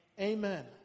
Amen